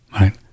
right